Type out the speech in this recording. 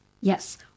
Yes